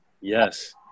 Yes